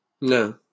No